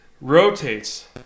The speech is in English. rotates